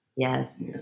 Yes